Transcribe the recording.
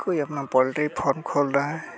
कोई अपना poultry farm खोल रहा है